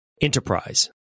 enterprise